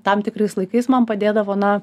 tam tikrais laikais man padėdavo na